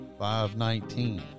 519